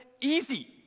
easy